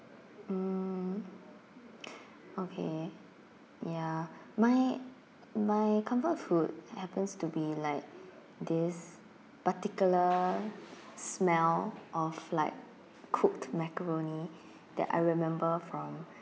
mm okay ya my my comfort food happens to be like this particular smell of like cooked macaroni that I remember from